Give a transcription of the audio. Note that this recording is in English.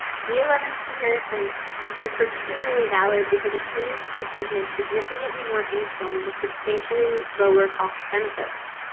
do you lemons? comparison is particularly valid because experienced teachers make significantly more income with substantially lower cost benefits.